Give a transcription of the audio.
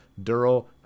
dural